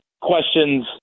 questions